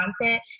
content